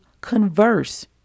converse